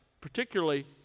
particularly